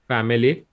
Family